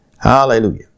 Hallelujah